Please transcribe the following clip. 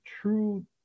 true